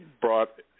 brought